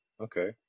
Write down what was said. okay